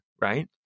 right